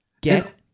Get